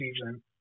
season